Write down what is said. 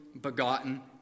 begotten